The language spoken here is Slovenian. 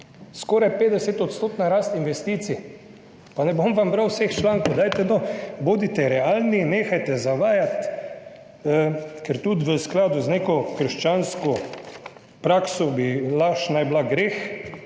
skoraj 50-odstotna rast investicij. Ne bom vam bral vseh člankov. Dajte no, bodite realni, nehajte zavajati, ker naj bi bila tudi v skladu z neko krščansko prakso laž greh,